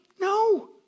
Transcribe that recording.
No